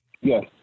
Yes